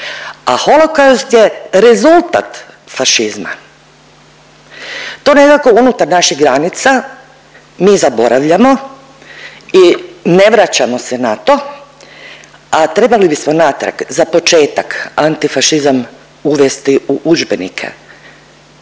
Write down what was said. a Holokaust je rezultat fašizma. To nekako unutar naših granica mi zaboravljamo i ne vraćamo se na to, a trebali bismo natrag, za početak, antifašizam uvesti u udžbenike.